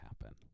happen